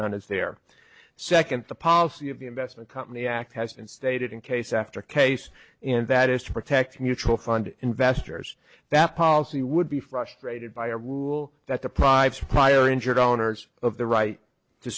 is there second the policy of the investment company act has been stated in case after case and that is to protect mutual fund investors that policy would be frustrated by a rule that the private prior injured owners of the right to